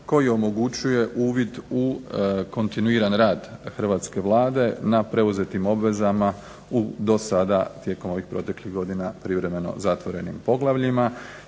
koji omogućuje uvid u kontinuiran rad hrvatske Vlade na preuzetim obvezama u dosada tijekom ovih proteklih godina privremeno zatvorenim poglavljima.